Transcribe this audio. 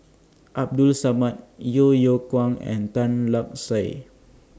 Abdul Samad Yeo Yeow Kwang and Tan Lark Sye